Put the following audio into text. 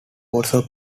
also